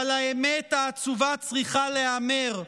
אבל האמת העצובה צריכה להיאמר: